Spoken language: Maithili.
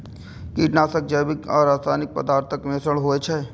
कीटनाशक जैविक आ रासायनिक पदार्थक मिश्रण होइ छै